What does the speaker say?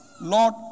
Lord